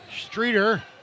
Streeter